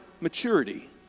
maturity